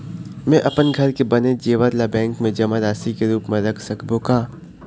म अपन घर के बने जेवर ला बैंक म जमा राशि के रूप म रख सकबो का?